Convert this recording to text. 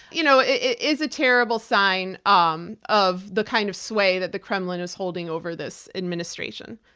you know it is a terrible sign um of the kind of sway that the kremlin is holding over this administration.